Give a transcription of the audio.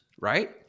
right